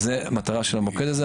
זה המטרה של המוקד הזה.